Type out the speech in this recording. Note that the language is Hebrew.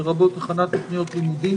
לרבות הכנת תוכניות לימודים,